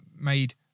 made